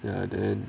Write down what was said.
ya then